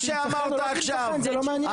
שאמרת עכשיו.